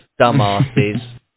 dumbasses